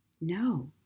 No